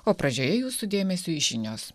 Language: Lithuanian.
o pradžioje jūsų dėmesiui žinios